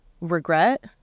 regret